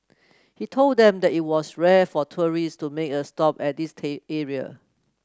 he told them that it was rare for tourist to make a stop at this area